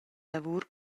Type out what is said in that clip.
lavur